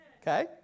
Okay